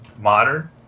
modern